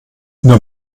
nur